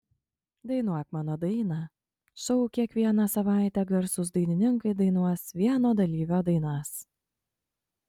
dainuok mano dainą šou kiekvieną savaitę garsūs dainininkai dainuos vieno dalyvio dainas